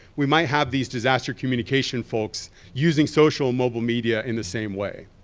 we might have these disaster communication folks using social mobile media in the same way.